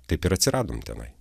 taip ir atsiradom tenai